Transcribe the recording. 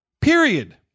period